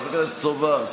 חבר הכנסת סובה.